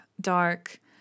dark